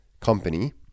company